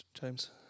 James